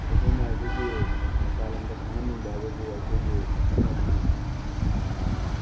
ꯑꯩꯈꯣꯏꯅ ꯑꯩꯈꯣꯏꯒꯤ ꯃꯄꯥꯟ ꯂꯝꯗ ꯈꯪꯍꯟꯅꯤꯡꯕ ꯍꯥꯏꯕꯕꯨ ꯑꯩꯈꯣꯏꯒꯤ ꯆꯠꯅꯕꯤ